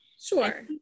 Sure